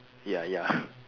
ya ya